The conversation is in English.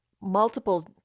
multiple